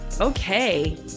Okay